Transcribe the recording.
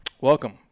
welcome